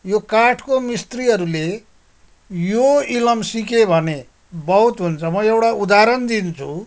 यो काठको मिस्त्रीहरूले यो इलम सिके भने बहुत हुन्छ म एउटा उदाहरण दिन्छु